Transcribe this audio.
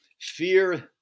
fear